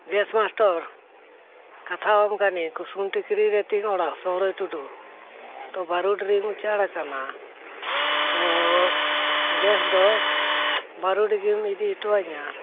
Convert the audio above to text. gas master ᱠᱟᱛᱷᱟᱣᱟᱢ ᱠᱟᱹᱱᱟᱹᱧ ᱠᱩᱥᱩᱢ ᱴᱤᱠᱨᱤ ᱨᱮ ᱛᱤᱧ ᱚᱲᱟᱜ ᱥᱚᱦᱨᱟᱭ ᱴᱩᱰᱩ ᱛᱚ ᱵᱟᱹᱨᱩᱰᱤ ᱨᱤᱧ ᱩᱪᱟᱹᱲ ᱟᱠᱟᱱᱟ ᱛᱚ ᱜᱮᱥ ᱫᱚ ᱵᱟᱹᱨᱩᱰᱤᱜᱮᱢ ᱤᱫᱤ ᱦᱚᱴᱚᱣ ᱟᱹᱧᱟᱹ